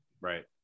Right